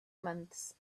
months